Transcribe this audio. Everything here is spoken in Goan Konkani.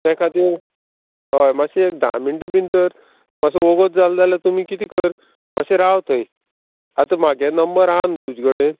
ते खातीर हय मातशें एक धा मिनटां बीन तर मातसो वोगोत जालें जाल्यार तुमी कितें कर मातशें राव थंय आतां म्हागे नंबर आहा न्हू तुजे कडेन